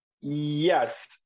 Yes